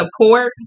support